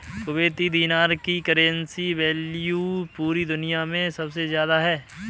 Kuwaiti दीनार की currency value पूरी दुनिया मे सबसे ज्यादा है